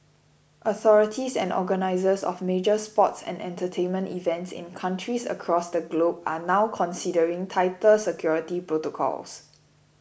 authorities and organisers of major sports and entertainment events in countries across the globe are now considering tighter security protocols